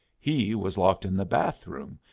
he was locked in the bath-room,